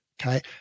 okay